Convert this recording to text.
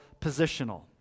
positional